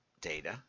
data